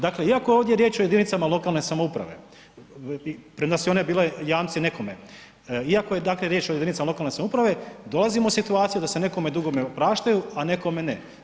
Dakle iako je ovdje riječ o jedinicama lokalne samouprave, premda su i one bile jamci nekome, iako je dakle riječ o jedinicama lokalne samouprave dolazimo u situaciju da se nekome dugovi opraštaju a nekome ne.